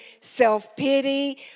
self-pity